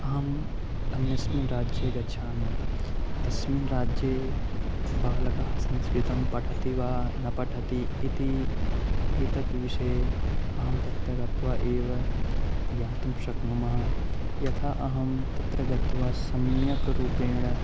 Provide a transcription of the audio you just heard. अहम् अन्यस्मिन् राज्ये गच्छामि तस्मिन् राज्ये बालकाः संस्कृतं पठन्ति वा न पठन्ति इति एतत् विषये अहं तत्र गत्वा एव ज्ञातुं शक्नोमि यथा अहं तत्र गत्वा सम्यक् रूपेण